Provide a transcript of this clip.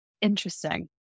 interesting